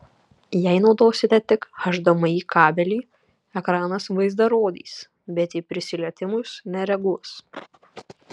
jei naudosite tik hdmi kabelį ekranas vaizdą rodys bet į prisilietimus nereaguos